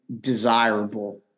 desirable